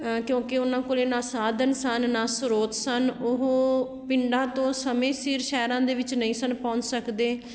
ਕਿਉਂਕਿ ਉਹਨਾਂ ਕੋਲ ਨਾ ਸਾਧਨ ਸਨ ਨਾ ਸਰੋਤ ਸਨ ਉਹ ਪਿੰਡਾਂ ਤੋਂ ਸਮੇਂ ਸਿਰ ਸ਼ਹਿਰਾਂ ਦੇ ਵਿੱਚ ਨਹੀ ਸਨ ਪਹੁੰਚ ਸਕਦੇ